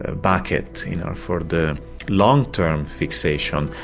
ah bucket you know for the long term fixation.